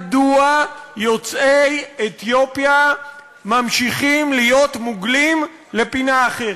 מדוע יוצאי אתיופיה ממשיכים להיות מוגלים לפינה אחרת?